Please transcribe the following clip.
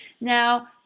Now